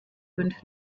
fünf